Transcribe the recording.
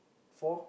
four